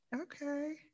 Okay